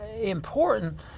important